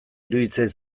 iruditzen